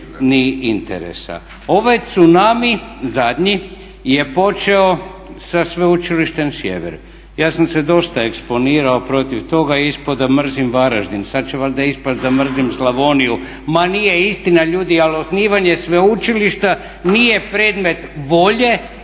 ni interesa. Ovaj tsunami zadnji je počeo sa Sveučilištem Sjever. Ja sam se dosta eksponirao protiv toga i ispao da mrzim Varaždin, sada će valjda ispasti da mrzim Slavoniju. Ma nije istina ljudi, ali osnivanje sveučilišta nije predmet volje